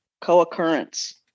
co-occurrence